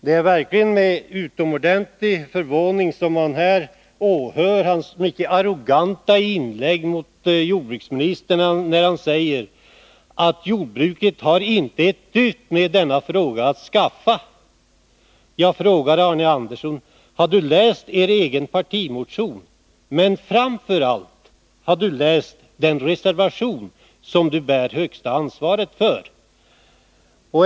Det är verkligen med utomordentlig förvåning som jag här åhör Arne Anderssons mycket arroganta inlägg mot jordbruksministern, där han säger att jordbruket inte har ett dyft med denna fråga att skaffa. Jag undrar om Arne Andersson inte har läst moderaternas egen partimotion, men framför allt den reservation som han bär det största ansvaret för.